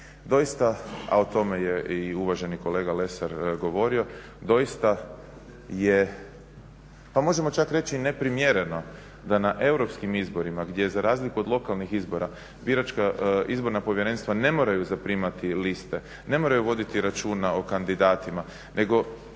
Doista a o tome je i uvaženi kolega Lesar govorio, doista je, pa možemo čak reći i neprimjereno da na europskim izborima gdje za razliku od lokalnih izbora biračka izborna povjerenstva ne moraju zaprimati liste, ne moraju voditi računa o kandidatima nego